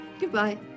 goodbye